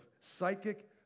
psychic